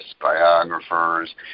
biographers